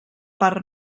per